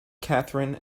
katherine